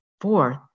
Fourth